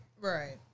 Right